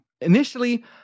Initially